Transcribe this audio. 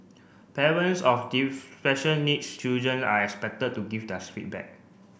parents of special needs children are expected to give feedback